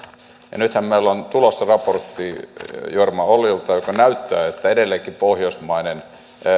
ja nythän meillä on tulossa jorma ollilalta raportti joka näyttää että edelleenkin pohjoismainen